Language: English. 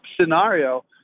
scenario